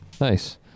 Nice